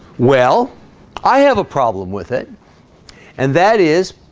well i have a problem with it and that is